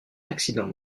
accident